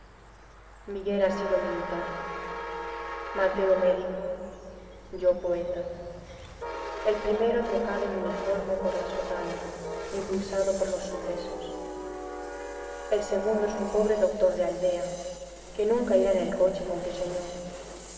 miguel ha sido militar mateo médico yo poeta el primero ha trocado el uniforme por la sotana impulsado por los sucesos el segundo es un pobre doctor de aldea que nunca irá en el coche con que soñó